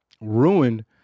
ruined